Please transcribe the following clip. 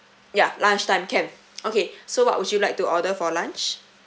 yeah lunchtime can okay so what would you like to order for lunch